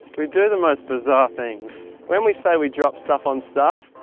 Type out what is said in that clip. we do the most bizarre things when we say we drop stuff on stuff.